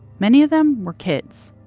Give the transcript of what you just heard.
many of them were kids.